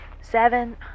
seven